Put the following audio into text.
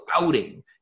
outing